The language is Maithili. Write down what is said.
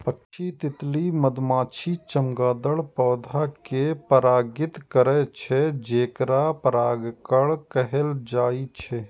पक्षी, तितली, मधुमाछी, चमगादड़ पौधा कें परागित करै छै, जेकरा परागणक कहल जाइ छै